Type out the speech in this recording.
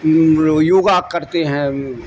یوگا کرتے ہیں